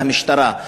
והמשטרה,